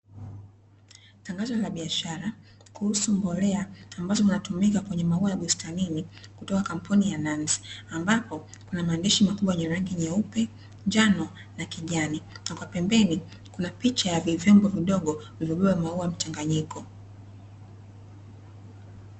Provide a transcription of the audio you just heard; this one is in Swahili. Tangazo la biashara, kuhusu mbolea ambazo zinatumika kwenye maua ya bustanini kutoka kampuni ya nansi. Ambapo kuna maandishi makubwa yenye rangi nyeupe, njano na kijani. Kutoka pembeni, kuna picha ya vivyombo vidogo viliyobeba maua mchanganyiko.